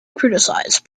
criticized